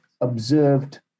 observed